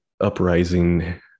uprising